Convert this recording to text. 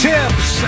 Tips